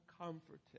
comforted